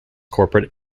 corporate